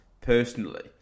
personally